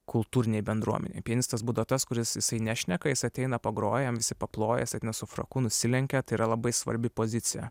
kultūrinėj bendruomenėj pianistas buvo tas kuris jisai nešneka jis ateina pagroja jam visi paploja jisai eina su fraku nusilenkia tai yra labai svarbi pozicija